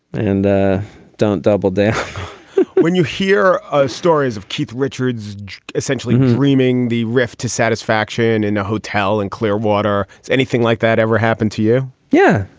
and don't double dare when you hear ah stories of keith richards essentially screaming the riff to satisfaction in a hotel in clearwater. it's anything like that ever happened to you? yeah.